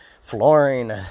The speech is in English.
flooring